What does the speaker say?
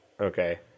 Okay